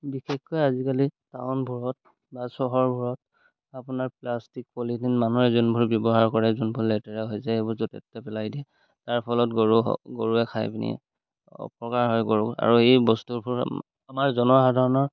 বিশেষকৈ আজিকালি টাউনবোৰত বা চহৰবোৰত আপোনাৰ প্লাষ্টিক পলিথিন মানুহে যোনবোৰ ব্যৱহাৰ কৰে যোনবোৰ লেতেৰা হৈ যায় সেইবোৰ য'তে ত'তে পেলাই দিয়ে তাৰ ফলত গৰু গৰুৱে খাই পিনি অপকাৰ হয় গৰুৰ আৰু এই বস্তুবোৰ আমাৰ জনসাধাৰণৰ